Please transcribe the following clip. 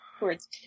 words